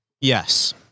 Yes